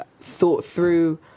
thought-through